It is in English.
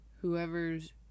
whoever's